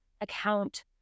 account